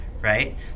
right